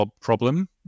problem